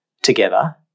Together